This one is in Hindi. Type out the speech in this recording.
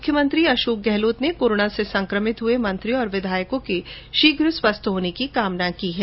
मुख्यमंत्री अशोक गहलोत ने कोरोना से संकमित हुए मंत्री और विधायकों के शीघ्र स्वास्थ्य होने की कामना की है